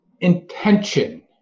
intention